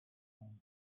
хүн